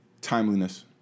timeliness